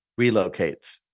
relocates